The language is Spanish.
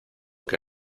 que